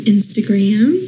Instagram